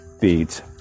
feeds